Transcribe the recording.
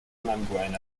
membrane